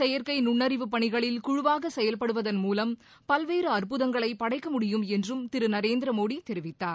செயற்கை நுண்ணறிவு பணிகளில் குழுவாக செயல்படுவதன் மூலம் பல்வேறு அற்புதங்களை படைக்க என்றும் முடியும் திரு நரேந்திரமோடி தெரிவித்தார்